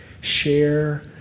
share